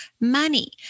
money